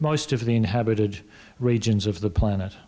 most of the inhabited regions of the planet